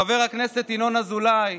לחבר הכנסת ינון אזולאי,